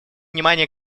внимание